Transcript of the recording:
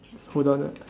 hold on ah